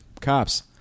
cops